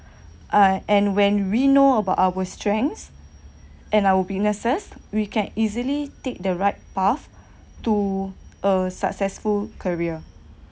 uh and when we know about our strengths and our weaknesses can easily take the right path to a successful career